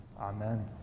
Amen